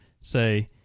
say